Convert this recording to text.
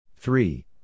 Three